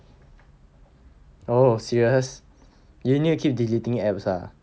oh serious you need to keep deleting apps ah